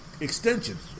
Extensions